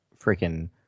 freaking